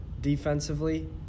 defensively